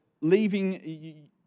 leaving